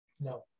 No